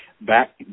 Back